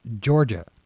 Georgia